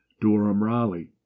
Durham-Raleigh